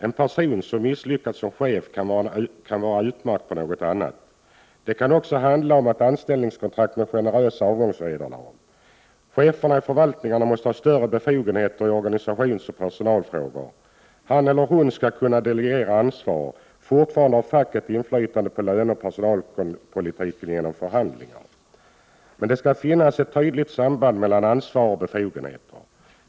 En person som misslyckas som chef kan vara utmärkt på något annat. Det kan också handla om att ha anställningskontrakt med generösa avgångsvederlag. Cheferna i förvaltningen måste ha större befogenheter i organisationsoch personalfrågor. Han eller hon skall kunna delegera ansvar. Fortfarande har facket inflytande på löneoch personalpolitiken genom förhandlingar. Men det skall finnas ett tydligt samband mellan ansvar och befogenheter.